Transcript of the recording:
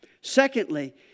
Secondly